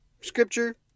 Scripture